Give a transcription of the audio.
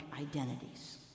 identities